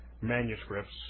manuscripts